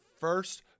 first